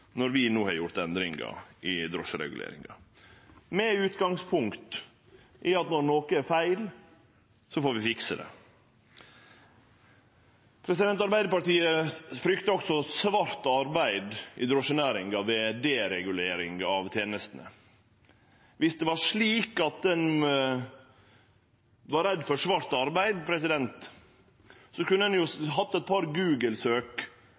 når vi no har gjort endringar i drosjereguleringa med utgangspunkt i at når noko er feil, så må vi fikse det. Arbeidarpartiet fryktar også svart arbeid i drosjenæringa ved deregulering av tenestene. Viss det var slik at ein var redd for svart arbeid, kunne ein jo teke eit par